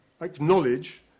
acknowledge